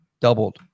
doubled